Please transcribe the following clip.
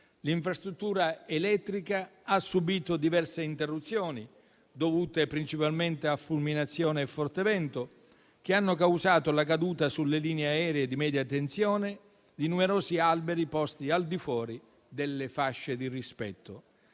L'infrastruttura elettrica ha subito diverse interruzioni dovute principalmente a fulminazione e forte vento, che hanno causato la caduta sulle linee aeree di media tensione di numerosi alberi posti al di fuori delle fasce di rispetto.